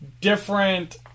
different